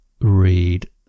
read